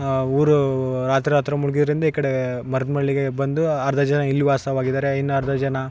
ಆ ಊರು ರಾತ್ರಿ ಆತರ ಮುಳ್ಗಿರಿಂದ ಈ ಕಡೆ ಮರಿಯಮ್ನಳ್ಳಿಗೆ ಬಂದು ಅರ್ಧ ಜನ ಇಲ್ಲಿ ವಾಸವಾಗಿದಾರೆ ಇನ್ನರ್ಧ ಜನ